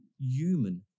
human